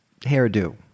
hairdo